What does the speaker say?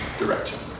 direction